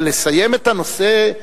אבל לסיים את הנושא,